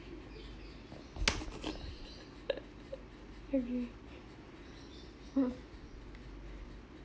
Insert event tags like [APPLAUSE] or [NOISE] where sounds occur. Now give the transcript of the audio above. [LAUGHS] okay [NOISE]